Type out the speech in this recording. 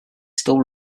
still